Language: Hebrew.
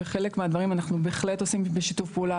ואת חלק מהדברים אנחנו בהחלט עושים בשיתוף פעולה